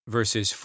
Verses